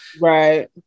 Right